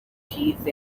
teeth